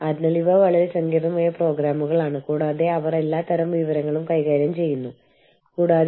അതിനാൽ അന്താരാഷ്ട്ര തലത്തിൽ സ്ഥിതി ചെയ്യുന്ന ഓർഗനൈസേഷനുകളുടെ പ്രവർത്തനം വിവിധ രീതികളിൽ നിരീക്ഷിക്കപ്പെടുന്നു